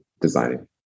designing